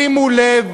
שימו לב